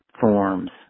forms